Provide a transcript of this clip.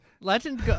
Legend